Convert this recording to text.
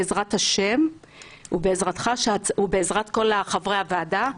בעזרת השם ובעזרת כל חברי הוועדה,